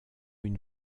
une